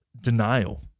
denial